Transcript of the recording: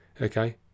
okay